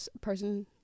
person